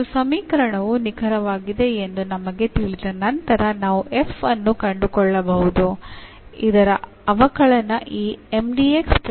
ಮತ್ತು ಸಮೀಕರಣವು ನಿಖರವಾಗಿದೆ ಎಂದು ನಮಗೆ ತಿಳಿದ ನಂತರ ನಾವು f ಅನ್ನು ಕಂಡುಕೊಳ್ಳಬಹುದು ಇದರ ಅವಕಲನ ಈ ಆಗಿದೆ